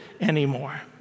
anymore